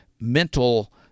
mental